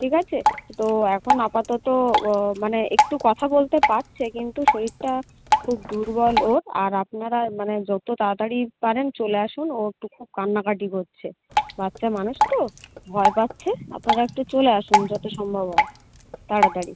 ঠিক আছে তো এখন আপাতত মানে একটু কথা বলতে পারছে কিন্তু শরীরটা খুব দুর্বল ওর আর আপনারা মানে যত তাড়াতাড়ি পারেন চলে আসুন ও একটু খুব কান্নাকাটি করছে বাচ্চা মানুষ তো ভয় পাচ্ছে আপনারা একটু চলে আসুন যত সম্ভব হয় তাড়াতাড়ি